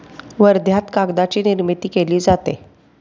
वर्ध्यात कागदाची निर्मिती केली जाते